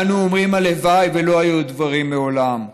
ואנו אומרים הלוואי ולא היו הדברים מעולם.